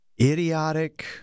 idiotic